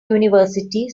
university